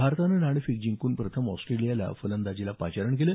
भारतानं नाणेफेक जिंकून प्रथम ऑस्ट्रेलियाला फलंदाजीला पाचारण केलं